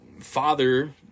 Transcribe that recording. father